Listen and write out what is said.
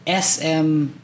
SM